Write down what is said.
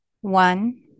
One